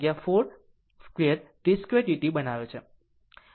આ આખી વસ્તુ it2 5 T42t2dt બનાવે છે